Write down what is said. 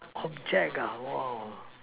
object ah !wah!